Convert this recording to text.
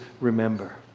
remember